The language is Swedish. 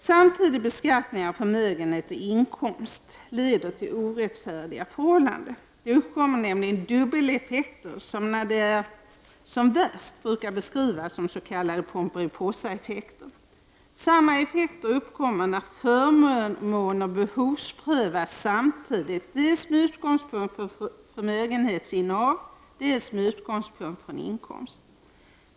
Samtidig beskattning av förmögenhet och inkomst leder till orättfärdiga förhållanden. Det uppkommer nämligen dubbeleffekter, som när de är som värst brukar beskrivas som s.k. Pomperipossaeffekter. Samma effekter uppkommer när förmåner behovsprövas samtidigt, dels med utgångspunkt i förmögenhetsinnehav, dels med utgångspunkt i inkomst.